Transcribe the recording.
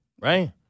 right